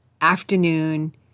afternoon